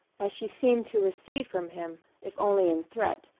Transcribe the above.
as she seemed to recede from him, if only in threat,